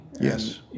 Yes